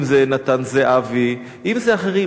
אם זה נתן זהבי ואם זה אחרים.